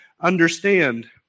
understand